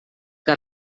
que